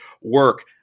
work